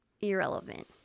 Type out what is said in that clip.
irrelevant